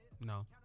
No